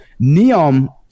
Neom